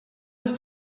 ist